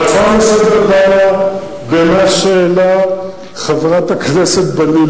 ההצעה לסדר-היום דנה במה שהעלתה חברת הכנסת בלילא,